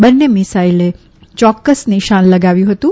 બંને મિસાઈલોએ ચોક્કસ નિશાન લગાવ્યું હતું